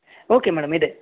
okay madam ಇದೆ